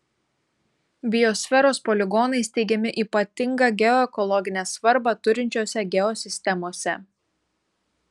biosferos poligonai steigiami ypatingą geoekologinę svarbą turinčiose geosistemose